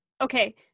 okay